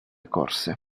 corse